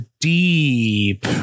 deep